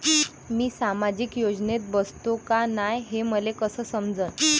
मी सामाजिक योजनेत बसतो का नाय, हे मले कस समजन?